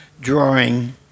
drawing